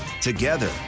Together